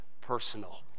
personal